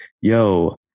yo